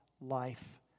life